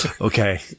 Okay